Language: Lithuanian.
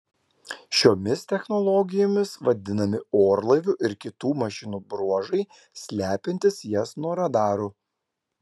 šiomis technologijomis vadinami orlaivių ir kitų mašinų bruožai slepiantys jas nuo radarų